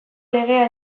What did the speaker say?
legea